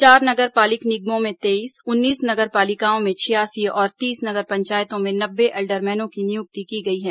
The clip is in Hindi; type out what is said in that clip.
चार नगर पालिक निगमों में तेईस उन्नीस नगर पालिकाओं में छियासी और तीस नगर पंचायतों में नब्बे एल्डरमैनों की नियुक्ति की गई है